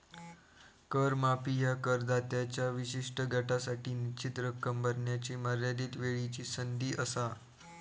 कर माफी ह्या करदात्यांच्या विशिष्ट गटासाठी निश्चित रक्कम भरण्याची मर्यादित वेळची संधी असा